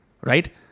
Right